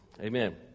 Amen